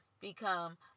become